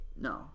No